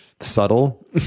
Subtle